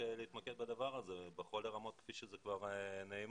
להתמקד בה בכל הרמות כפי שזה כבר נאמר.